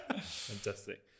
Fantastic